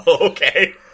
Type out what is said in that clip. Okay